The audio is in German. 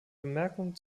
bemerkungen